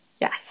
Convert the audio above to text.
yes